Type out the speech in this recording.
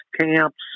camps